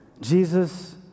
Jesus